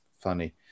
funny